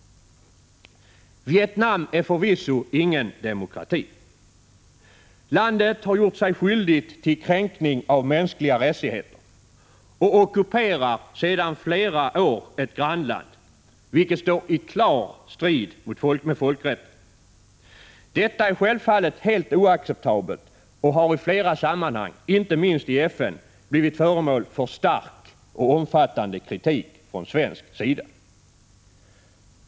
Vietnam är förvisso ingen demokrati. Landet har gjort sig skyldigt till kränkning av mänskliga rättigheter och ockuperar sedan flera år ett grannland, något som står i klar strid med folkrätten. Detta är självfallet helt oacceptabelt och har i flera sammanhang inte minst i FN blivit föremål för stark och omfattande kritik från svensk sida.